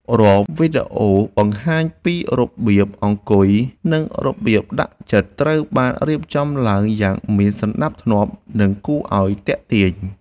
រាល់វីដេអូបង្ហាញពីរបៀបអង្គុយនិងរបៀបដាក់ចិត្តត្រូវបានរៀបចំឡើងយ៉ាងមានសណ្តាប់ធ្នាប់ និង គួរឱ្យទាក់ទាញ។